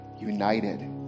united